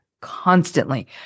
constantly